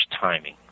timing